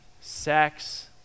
sex